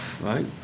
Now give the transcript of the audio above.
Right